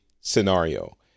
scenario